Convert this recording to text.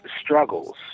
struggles